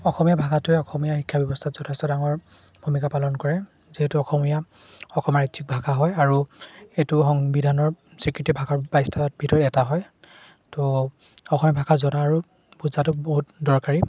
অসমীয়া ভাষাটোৱে অসমীয়া শিক্ষা ব্যৱস্থাত যথেষ্ট ডাঙৰ ভূমিকা পালন কৰে যিহেতু অসমীয়া অসমৰ ই ৰাজ্যিক ভাষা হয় আৰু এইটো সংবিধানৰ স্বীকৃতি ভাষাৰ বাইছটাৰ ভিতৰত এটা হয় তো অসমীয়া ভাষা জনা আৰু বুজাটো বহুত দৰকাৰী